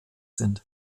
sind